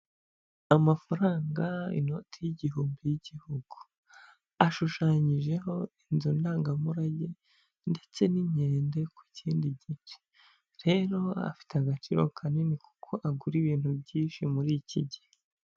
Amafaranga inoti y'igihumbi y'Igihugu. Ashushanyijeho inzu ndangamurage ndetse n'inkende ku kindi gice, rero afite agaciro kanini kuko agura ibintu byinshi muri iki gihe.